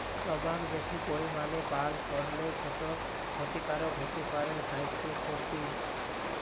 টবাক বেশি পরিমালে পাল করলে সেট খ্যতিকারক হ্যতে পারে স্বাইসথের পরতি